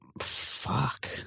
fuck –